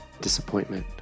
Disappointment